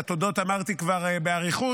את התודות אמרתי כבר באריכות,